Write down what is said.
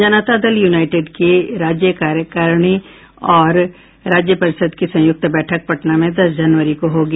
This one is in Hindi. जनता दल यूनाईटेड की राज्य कार्यकारिणी और राज्य परिषद की संयुक्त बैठक पटना में दस जनवरी को होगी